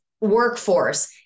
workforce